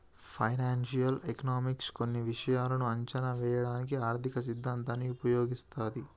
financial economics కొన్ని విషయాలను అంచనా వేయడానికి ఆర్థిక సిద్ధాంతాన్ని ఉపయోగిస్తది